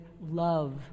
love